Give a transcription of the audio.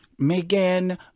Megan